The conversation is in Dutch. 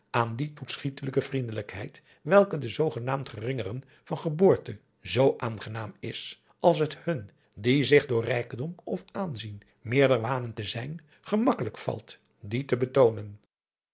aan die toeschietelijke vriendelijkheid welke den zoogenaamd geringeren van geboorte zoo aangenaam is als het hun die zich door rijkdom of aanzien meerder wanen te zijn gemakkelijk valt die te betoonen